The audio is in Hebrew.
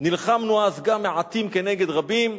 שנלחמנו גם אז מעטים כנגד רבים,